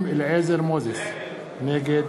נגד